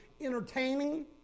entertaining